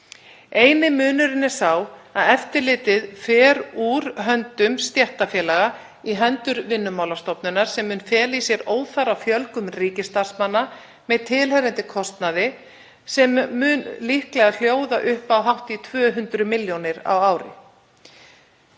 Eini munurinn er sá að eftirlitið fer úr höndum stéttarfélaga í hendur Vinnumálastofnunar sem mun fela í sér óþarfa fjölgun ríkisstarfsmanna með tilheyrandi kostnaði sem mun líklega hljóða upp á hátt í 200 millj. kr. á ári.